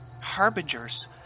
harbingers